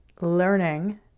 learning